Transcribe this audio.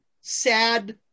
sad